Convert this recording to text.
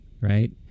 right